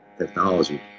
Technology